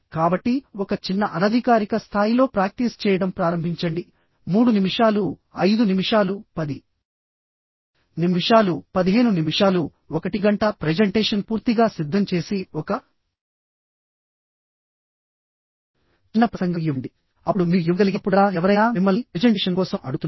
కాబట్టి ఒక చిన్న అనధికారిక స్థాయిలో ప్రాక్టీస్ చేయడం ప్రారంభించండి 3 నిమిషాలు 5 నిమిషాలు 10 నిమిషాలు 15 నిమిషాలు 1 గంట ప్రెజెంటేషన్ పూర్తిగా సిద్ధం చేసి ఒక చిన్న ప్రసంగం ఇవ్వండి అప్పుడు మీరు ఇవ్వగలిగినప్పుడల్లా ఎవరైనా మిమ్మల్ని ప్రెజెంటేషన్ కోసం అడుగుతున్నారు